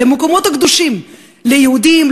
על המקומות הקדושים ליהודים,